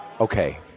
okay